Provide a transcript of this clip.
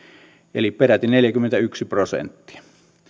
eli peräti neljäkymmentäyksi prosenttia